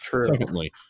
Secondly